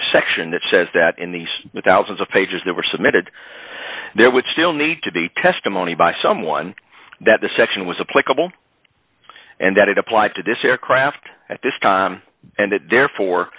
section that says that in these thousands of pages that were submitted there would still need to be testimony by someone that the section was a playable and that it applied to this aircraft at this time and it therefore